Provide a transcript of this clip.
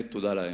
תודה להם.